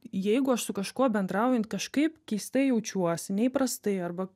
jeigu aš su kažkuo bendraujant kažkaip keistai jaučiuosi neįprastai arba